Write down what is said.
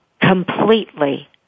completely